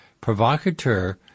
provocateur